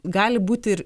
gali būti ir